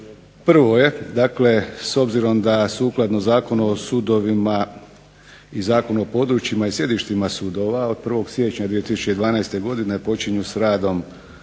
Prvo je, dakle, s obzirom da sukladno Zakonu o sudovima i Zakona o područjima i sjedištima sudova od 1. Siječnja 2012. Godine počinju s radom